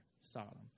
Sodom